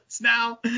now